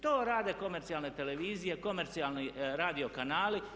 To rade komercijalne televizije, komercijalni radio kanali.